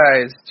guys